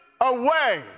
away